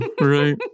right